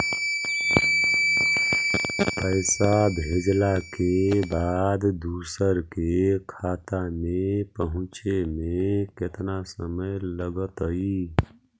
पैसा भेजला के बाद दुसर के खाता में पहुँचे में केतना समय लगतइ?